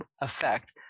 effect